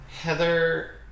Heather